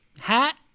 hat